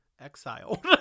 exile